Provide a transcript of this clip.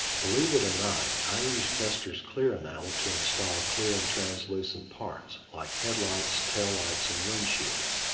believe it or not, i use testor's clear enamel to install clear and translucent parts like headlights, taillights, and windshields.